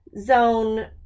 Zone